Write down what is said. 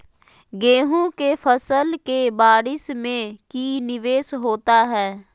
गेंहू के फ़सल के बारिस में की निवेस होता है?